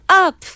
up